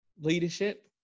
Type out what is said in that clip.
leadership